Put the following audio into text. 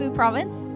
province